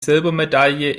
silbermedaille